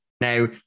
Now